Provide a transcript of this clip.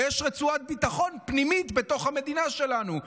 ויש רצועת ביטחון פנימית בתוך המדינה שלנו,